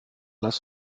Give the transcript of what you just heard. lass